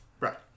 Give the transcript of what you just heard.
Right